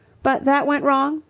but that went wrong?